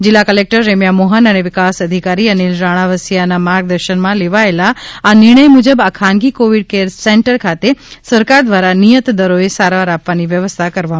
જિલ્લા કલેક્ટર રેમ્યા મોહન અને વિકાસ અધિકારી અનિલ રાણાવસિયાના માર્ગદર્શનમા લેવાયેલા આ નિર્ણય મુજબ આ ખાનગી કોવિડ કેર સેન્ટર ખાતે સરકાર દ્વારા નિયત દરોએ સારવાર આપવાની વ્યવસ્થા કરવામાં આવેલ છે